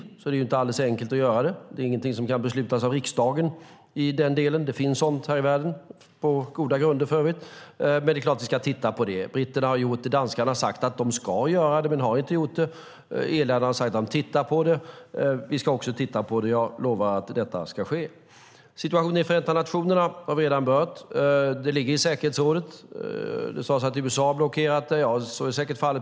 Det är därför inte alldeles enkelt att införa den. Det är ingenting som kan beslutas av riksdagen i den delen. Det finns sådant här i världen, för övrigt på goda grunder. Men det är klart att vi ska titta på detta. Britterna har gjort detta. Danskarna har sagt att de ska göra det men har inte gjort det. Irländarna har sagt att de tittar på det. Vi ska också titta på det. Jag lovar att detta ska ske. Situationen i Förenta nationerna har vi redan berört. Denna fråga ligger i säkerhetsrådet. Det sades att USA har blockerat detta. Så är säkert fallet.